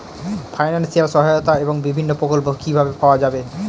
Financial সহায়তা এবং বিভিন্ন প্রকল্প কিভাবে পাওয়া যাবে?